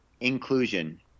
Inclusion